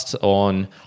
on